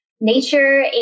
nature